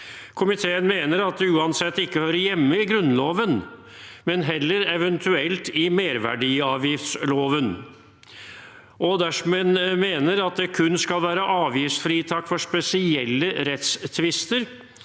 Komiteen mener at det uansett ikke hører hjemme i Grunnloven, men heller eventuelt i merverdiavgiftsloven, og at dersom en mener at det kun skal være avgiftsfritak for spesielle rettstvister,